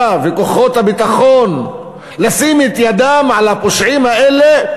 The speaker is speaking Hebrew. וכוחות הביטחון לשים את ידם על הפושעים האלה,